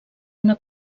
una